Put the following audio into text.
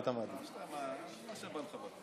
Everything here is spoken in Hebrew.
מה שבא לך.